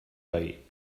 veí